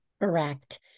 Correct